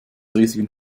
riesigen